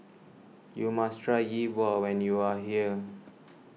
you must try Yi Bua when you are here